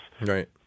Right